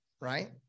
right